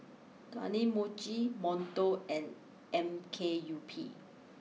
Kane Mochi Monto and M K U P